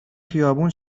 خیابون